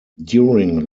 during